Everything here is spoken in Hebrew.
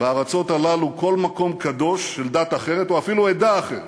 בארצות האלה כל מקום קדוש של דת אחרת או אפילו עדה אחרת,